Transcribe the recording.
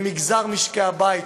למגזר משקי הבית,